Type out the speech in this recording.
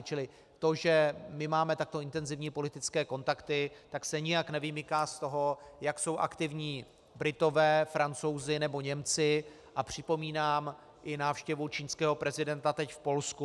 Čili to, že máme takto intenzivní politické kontakty, se nijak nevymyká z toho, jak jsou aktivní Britové, Francouzi anebo Němci, a připomínám i návštěvu čínského prezidenta teď v Polsku.